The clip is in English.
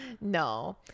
no